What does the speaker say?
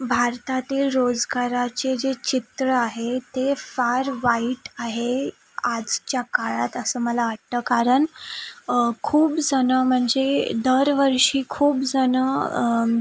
भारतातील रोजगाराचे जे चित्र आहे ते फार वाईट आहे आजच्या काळात असं मला वाटतं कारण खूप जण म्हणजे दरवर्षी खूप जण